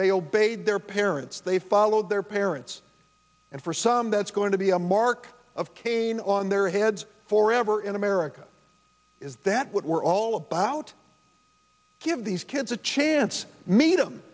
they obeyed their parents they followed their parents and for some that's going to be a mark of cain on their heads for ever in america is that what we're all about give these kids a chance made him